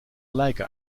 lijken